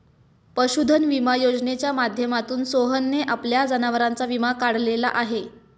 पशुधन विमा योजनेच्या माध्यमातून सोहनने आपल्या जनावरांचा विमा काढलेला आहे